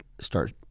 start